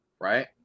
right